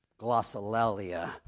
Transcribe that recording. glossolalia